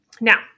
Now